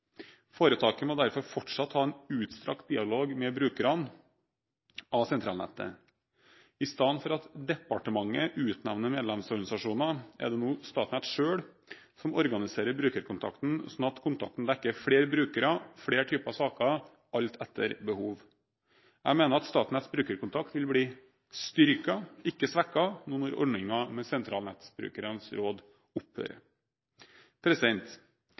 Foretaket må derfor fortsatt ha en utstrakt dialog med brukerne av sentralnettet. I stedet for at departementet utnevner medlemsorganisasjoner, er det nå Statnett selv som organiserer brukerkontakten, slik at kontakten dekker flere brukere og flere typer saker alt etter behov. Jeg mener at Statnetts brukerkontakt vil bli styrket, ikke svekket, nå når ordningen med sentralnettbrukernes råd